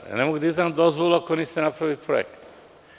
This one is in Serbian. Ne mogu da izdam dozvolu ako niste napravili projekat.